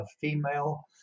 female